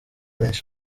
menshi